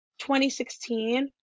2016